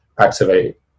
activate